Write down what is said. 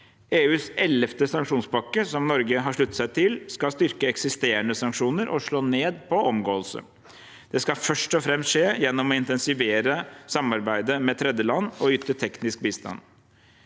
EUs 11. sanksjonspakke, som Norge har sluttet seg til, skal styrke eksisterende sanksjoner og slå ned på om gåelse. Det skal først og fremst skje gjennom å intensivere samarbeidet med tredjeland og yte teknisk bistand.